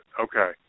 Okay